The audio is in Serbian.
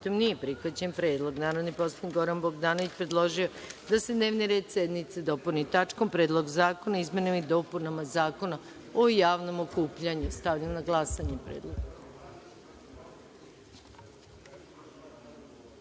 nije prihvaćen predlog. Narodni poslanik Goran Bogdanović predložio je da se dnevni red sednice dopuni tačkom – Predlog zakona o izmenama i dopunama Zakona o javnom okupljanju. Stavljam na glasanje